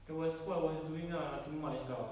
that was what I was doing ah nothing much lah